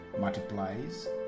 multiplies